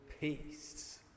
peace